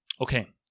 Okay